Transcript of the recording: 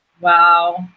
Wow